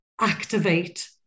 activate